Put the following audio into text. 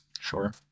sure